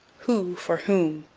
who for whom.